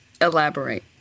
elaborate